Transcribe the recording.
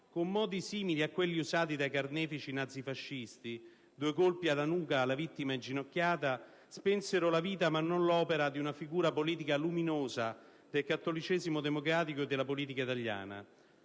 con modi simili a quelli usati dai carnefici nazifascisti - due colpi alla nuca della vittima inginocchiata - spensero la vita, ma non l'opera di una figura politica luminosa del cattolicesimo democratico e della politica italiana.